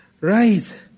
Right